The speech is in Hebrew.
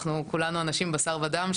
כולנו אנשים בשר ודם,